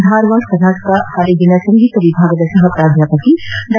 ಧಾರವಾದ ಕರ್ನಾಟಕ ಕಾಲೇಜಿನ ಸಂಗೀತ ವಿಭಾಗದ ಸಹ ಪ್ರಾಧ್ಯಾಪಕಿ ಡಾ